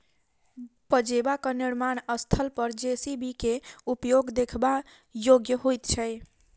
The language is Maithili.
पजेबाक निर्माण स्थल पर जे.सी.बी के उपयोग देखबा योग्य होइत छै